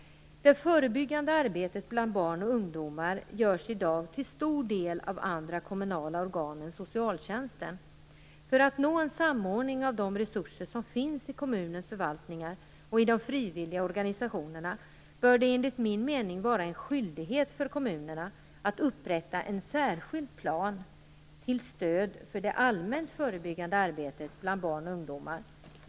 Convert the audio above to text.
Det förebyggande arbetet bland barn och ungdomar görs i dag till stor del av andra kommunala organ än socialtjänsten. För att nå en samordning av de resurser som finns i kommunens förvaltningar och i de frivilliga organisationerna bör det enligt min mening vara en skyldighet för kommunerna att upprätta en särskild plan till stöd för det allmänt förebyggande arbetet bland barn och ungdomar.